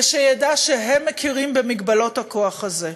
ושידע שהם מכירים במגבלות הכוח הזה.